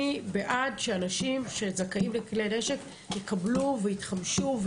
אני בעד שאנשים שזכאים לכלי נשק יקבלו ויתחמשו,